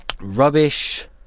rubbish